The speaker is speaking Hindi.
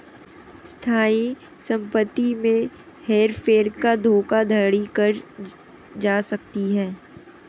स्थायी संपत्ति में हेर फेर कर धोखाधड़ी की जा सकती है